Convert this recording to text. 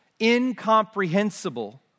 incomprehensible